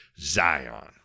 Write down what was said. Zion